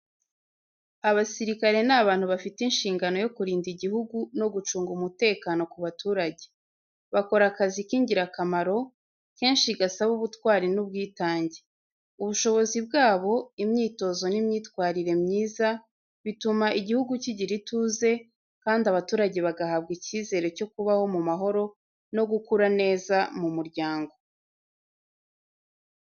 Abasirikare ni abantu bafite inshingano yo kurinda igihugu no gucunga umutekano ku baturage. Bakora akazi k’ingirakamaro, kenshi gasaba ubutwari n’ubwitange. Ubushobozi bwabo, imyitozo n’imyitwarire myiza bituma igihugu kigira ituze, kandi abaturage bagahabwa icyizere cyo kubaho mu mahoro no gukura neza mu muryango.